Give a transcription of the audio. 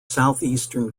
southeastern